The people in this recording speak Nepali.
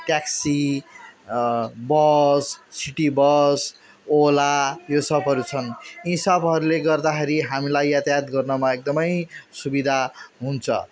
taxi bus city bus Ola यो सब छन् यी सबहरूले गर्दाखेरि हामलाई यातायात गर्नमा एकदमै सुविधा हुन्छ